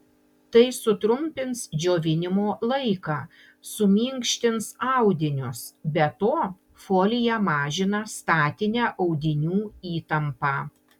tai sutrumpins džiovinimo laiką suminkštins audinius be to folija mažina statinę audinių įtampą